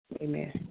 Amen